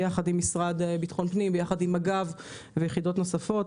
המשרד לביטחון פנים, מג"ב ויחידות נוספות.